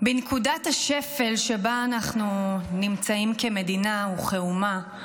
בנקודת השפל שבה אנחנו נמצאים כמדינה וכאומה,